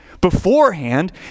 beforehand